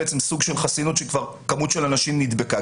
סוג של חסינות כאשר יש כמות של אנשים שנדבקו.